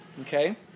Okay